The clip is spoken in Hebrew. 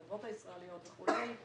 החברות הישראליות וכולי.